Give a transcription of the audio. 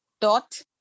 dot